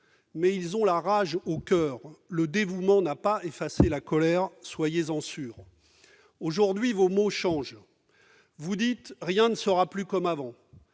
Mais ils ont la rage au coeur. Le dévouement n'a pas effacé la colère, monsieur le ministre, soyez-en sûr. Aujourd'hui, vos mots changent. Vous dites :« Rien ne sera plus comme avant ».